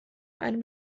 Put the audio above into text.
einem